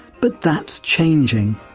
but that's changing.